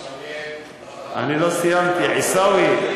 עיסאווי,